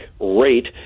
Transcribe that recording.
rate